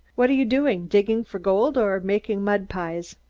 what are you doing, digging for gold or making mud pies?